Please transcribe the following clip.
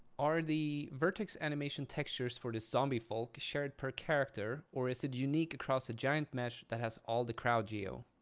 are the vertex animation textures for the zombie folk shared per character or is it unique across a giant mesh that has all the crowd geo?